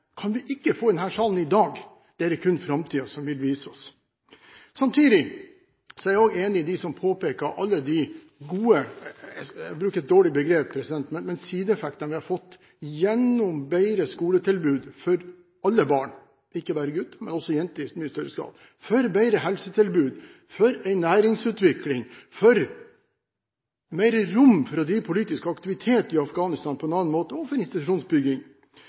kan vi ikke få i denne salen i dag. Det er det kun framtiden som vil vise oss. Samtidig er jeg også enig med dem som påpeker alle de gode – jeg bruker et dårlig begrep – «sideeffektene» vi har fått gjennom bedre skoletilbud for alle barn, ikke bare gutter, men også jenter i mye større grad, bedre helsetilbud, næringsutvikling, mer rom for å drive politisk aktivitet i Afghanistan på en annen måte og institusjonsbygging.